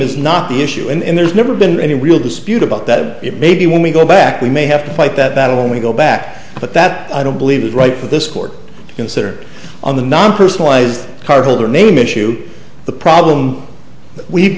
is not the issue and there's never been any real dispute about that it may be when we go back we may have to fight that battle when we go back but that i don't believe is right for this court to consider on the non personalized card holder name issue the problem we